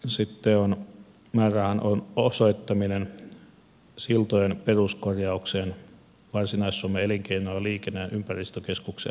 sitten on määrärahan osoittaminen siltojen peruskorjaukseen varsinais suomen elinkeino liikenne ja ympäristökeskuksen alueella